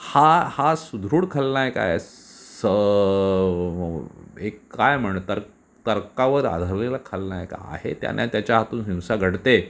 हा हा सुदृढ खलनायक आहे स एक काय म्हणतात तर्कावर आधारलेला खलनायक आहे त्याने त्याच्या हातून हिंसा घडते